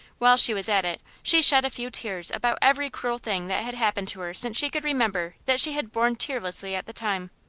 while she was at it, she shed a few tears about every cruel thing that had happened to her since she could remember that she had borne tearlessly at the time.